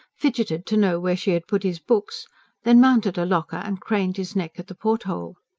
fidgeted to know where she had put his books then mounted a locker and craned his neck at the porthole.